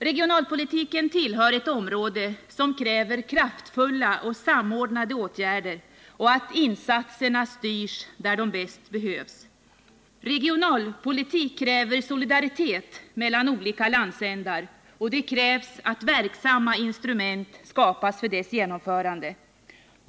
Regionalpolitiken tillhör ett område som kräver kraftfulla och samordnade åtgärder och att insatserna styrs dit där de bäst behövs. Regionalpolitik kräver solidaritet mellan olika landsändar, och det krävs att verksamma instrument skapas för dess genomförande.